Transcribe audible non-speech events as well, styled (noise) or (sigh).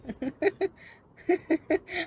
(laughs)